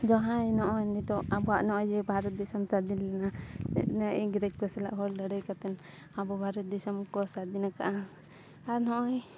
ᱡᱟᱦᱟᱸᱭ ᱱᱚᱜᱼᱚᱭ ᱱᱤᱛᱳᱜ ᱟᱵᱚᱣᱟᱜ ᱱᱚᱜᱼᱚᱭ ᱡᱮ ᱵᱷᱟᱨᱚᱛ ᱫᱤᱥᱚᱢ ᱥᱟᱫᱷᱤᱱ ᱞᱮᱱᱟ ᱤᱝᱨᱮᱡᱽ ᱠᱚ ᱥᱟᱞᱟᱜ ᱦᱚᱲ ᱞᱟᱹᱲᱦᱟᱹᱭ ᱠᱟᱛᱮ ᱟᱵᱚ ᱵᱷᱟᱨᱚᱛ ᱫᱤᱥᱚᱢ ᱠᱚ ᱥᱟᱫᱷᱤᱱ ᱠᱟᱜᱼᱟ ᱟᱨ ᱱᱚᱜᱼᱚᱭ